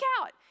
out